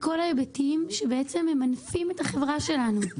כל ההיבטים שבעצם ממנפים את החברה שלנו.